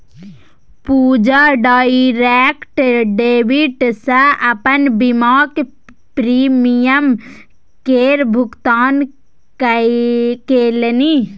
पूजा direct debit सँ अपन बीमाक प्रीमियम केर भुगतान केलनि